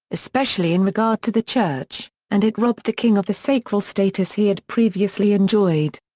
especially in regard to the church, and it robbed the king of the sacral status he had previously enjoyed.